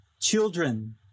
children